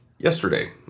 yesterday